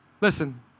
Listen